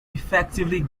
effectively